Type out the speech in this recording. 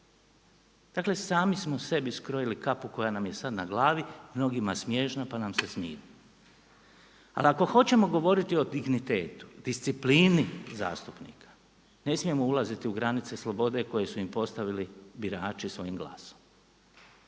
Dakle sami smo sebi skrojili kapu koja nam je sada na glavi, mnogima smiješna pa nam se smiju. Ali ako hoćemo govoriti o dignitetu, disciplini zastupnika ne smijemo ulaziti u granice slobode koji su im postavili birači svojim glasom.